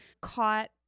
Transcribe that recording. caught